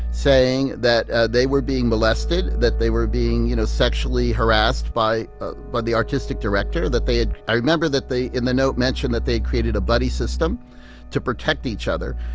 saying that they were being molested, that they were being, you know, sexually harassed by ah but the artistic director, that they had i remember that they, in the note, mentioned that they created a buddy system to protect each other,